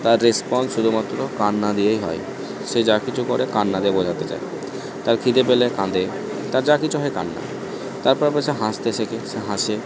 তার রেসপন্স শুধুমাত্র কান্না দিয়েই হয় সে যা কিছু করে কান্না দিয়ে বোঝাতে চায় তার খিদে পেলে কাঁদে তার যা কিছু হয় কান্না তারপর আবার সে হাসতে শেখে সে হাসে